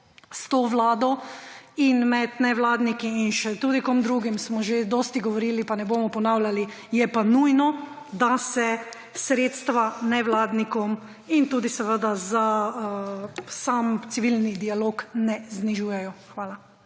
s to vlado in med nevladniki in tudi še kom drugim smo že dosti govorili pa ne bomo ponavljali, je pa nujno, da se sredstva nevladnikom in za sam civilni dialog ne znižujejo. Hvala.